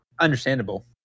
understandable